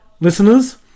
listeners